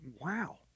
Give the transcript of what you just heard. wow